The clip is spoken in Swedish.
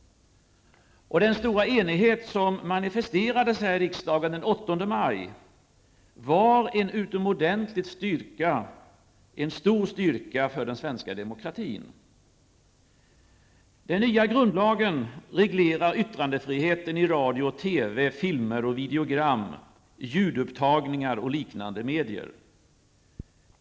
Den stora enighet som manifesterades i riksdagen den 8 maj är en stor styrka för den svenska demokratin. Den nya grundlagen reglerar yttrandefriheten i radio och TV, filmer och videogram, ljudupptagningar och liknande medier.